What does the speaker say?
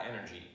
energy